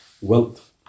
Wealth